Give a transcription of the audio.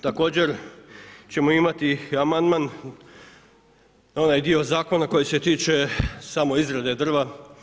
Također ćemo imati amandman na onaj dio Zakona koji se tiče samo izrade drva.